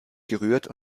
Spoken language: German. gerührt